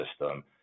system